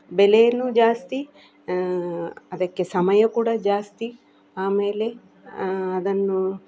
ಬೆಲೆಯೂ ಜಾಸ್ತಿ ಅದಕ್ಕೆ ಸಮಯ ಕೂಡ ಜಾಸ್ತಿ ಆಮೇಲೆ ಅದನ್ನು